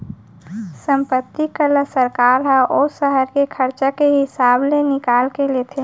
संपत्ति कर ल सरकार ह ओ सहर के खरचा के हिसाब ले निकाल के लेथे